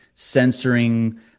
censoring